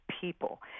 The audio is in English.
people